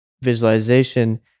visualization